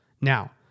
Now